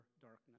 darkness